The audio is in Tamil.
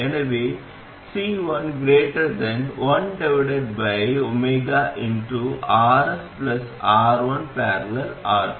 எனவே C11RSR1||R2